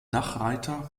dachreiter